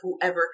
whoever